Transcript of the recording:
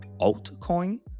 altcoin